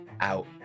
out